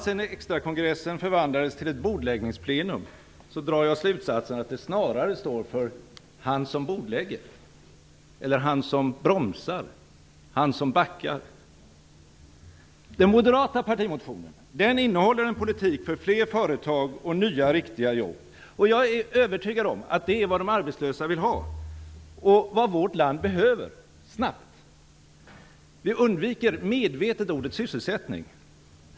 Sedan extrakongressen förvandlades till ett bordläggningsplenum drar jag slutsatsen att HSB snarare står för "han som bordlägger", "han som bromsar" eller "han som backar". Den moderata partimotionen innehåller en politik för fler företag och nya riktiga jobb. Jag är övertygad om att det är vad de arbetslösa vill ha och vad vårt land snabbt behöver. Vi undviker medvetet ordet sysselsättning.